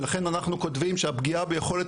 ולכן אנחנו כותבים שהפגיעה ביכולת